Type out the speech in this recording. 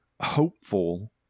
Hopeful